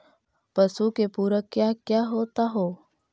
पशु के पुरक क्या क्या होता हो?